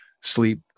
sleep